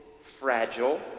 fragile